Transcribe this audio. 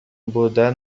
بودن